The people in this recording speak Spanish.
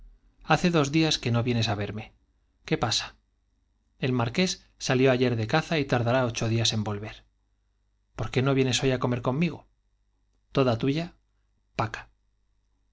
hace dos días que no vienes á verme qué pasa el marqués salió ayer de caza y tardará ocho días en volver por qué no vienes hoy á comer conmigo toda tuya paca